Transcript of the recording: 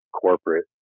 corporate